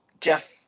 Jeff